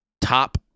top